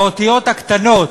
באותיות הקטנות